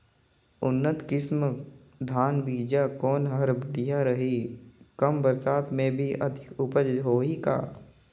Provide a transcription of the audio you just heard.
उन्नत किसम धान बीजा कौन हर बढ़िया रही? कम बरसात मे भी अधिक उपज होही का?